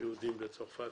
היהודים בצרפת,